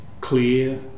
clear